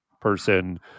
person